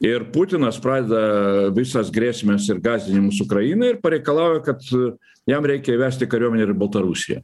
ir putinas pradeda visas grėsmes ir gąsdinimus ukrainai ir pareikalauja kad jam reikia įvesti kariuomenę ir baltarusiją